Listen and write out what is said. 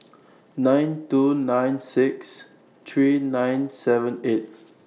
nine two nine six three nine seven eight